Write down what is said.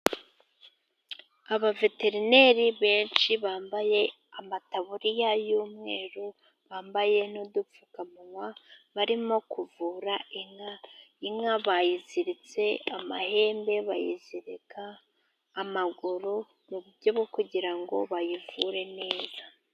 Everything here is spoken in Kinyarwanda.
Abaveterineri benshi bambaye amataburiya y'umweru, bambaye n'udupfukamunwa barimo kuvura inka, inka bayiziritse amahembe, bayizirika amaguru, mu buryo bwo kugira ngo bayivure neza.